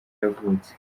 yavutse